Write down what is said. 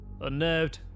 Unnerved